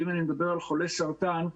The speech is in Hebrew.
ואם אני מדבר על חולי סרטן,